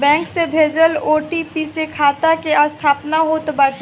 bank से भेजल OTP से खाता के सत्यापन होत बाटे